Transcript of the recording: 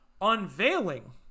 unveiling